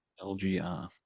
LGR